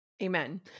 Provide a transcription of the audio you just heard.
Amen